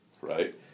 right